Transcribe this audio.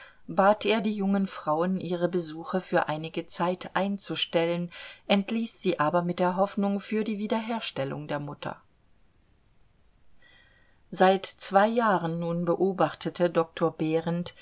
bat er die jungen frauen ihre besuche für einige zeit einzustellen entließ sie aber mit der hoffnung für die wiederherstellung der mutter seit zwei jahren nun beobachtete doktor behrend